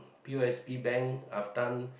P_O_S_B bank I've done